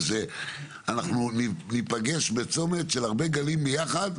שאנחנו ניפגש בצומת של הרבה גלים ביחד,